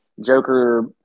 Joker